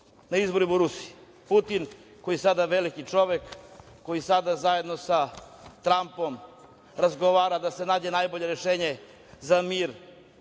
na izborima u Rusiji. Putin koji je sada veliki čovek, koji zajedno sa Trampom razgovara da se nađe najbolje rešenje za mir,